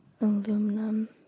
aluminum